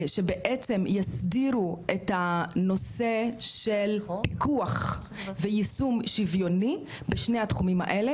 שבעצם יסדירו את הנושא של פיקוח ויישום שוויוני בשני התחומים האלה.